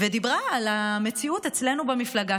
והיא דיברה על המציאות אצלנו במפלגה,